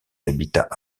habitats